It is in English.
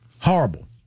Horrible